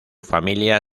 familia